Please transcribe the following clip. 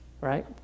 right